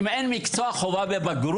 אם הנושא הוא לא מקצוע חובה בבגרות